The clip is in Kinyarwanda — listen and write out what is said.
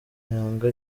yanga